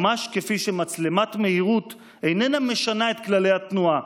ממש כפי שמצלמת מהירות איננה משנה את כללי התנועה,